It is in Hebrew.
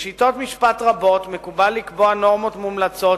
בשיטות משפט רבות מקובל לקבוע נורמות מומלצות